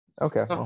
okay